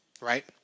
right